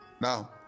Now